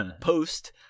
post